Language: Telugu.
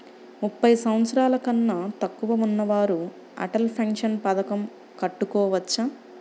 ముప్పై సంవత్సరాలకన్నా తక్కువ ఉన్నవారు అటల్ పెన్షన్ పథకం కట్టుకోవచ్చా?